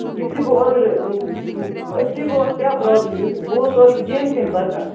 یِتھُے بہٕ اوترٕ اصٕلی گوٚو اَتھ کیٛاہ پرٛابلِم یُس بہٕ اوسُس اوترٕ جیٚمۍ کِنۍ پَکان